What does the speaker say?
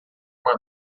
uma